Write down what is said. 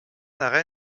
arrêt